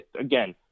again